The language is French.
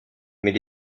mais